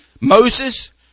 Moses